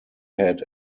had